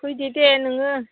फैदो दे नोङो